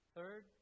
Third